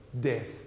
death